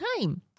time